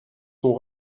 sont